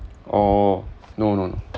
oh no no no